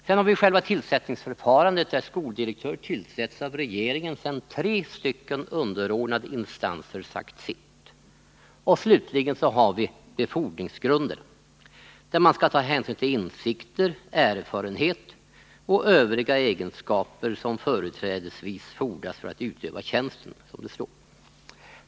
Sedan har vi själva tillsättningsförfarandet: Skoldirektör tillsätts av regeringen sedan tre underordnade instanser sagt sitt. Slutligen har vi befordringsgrunderna, där man skall ta hänsyn till insikter, erfarenhet och övriga egenskaper som företrädesvis fordras för att utöva tjänsten, som det står.